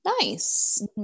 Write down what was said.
Nice